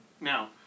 Now